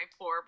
poor